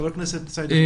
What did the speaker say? חבר הכנסת סעיד אלחרומי.